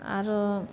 आओरो